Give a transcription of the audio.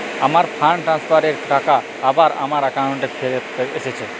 আমার fund transfer এর টাকা আবার আমার একাউন্টে ফেরত এসেছে